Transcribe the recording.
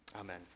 Amen